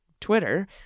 twitter